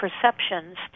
perceptions